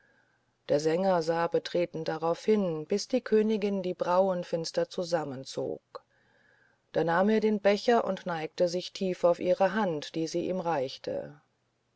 der sänger sah betreten darauf hin bis die königin die brauen finster zusammenzog da nahm er den becher und neigte sich tief auf ihre hand die sie ihm reichte